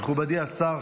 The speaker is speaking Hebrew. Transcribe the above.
מכובדי השר,